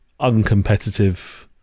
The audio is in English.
uncompetitive